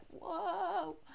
whoa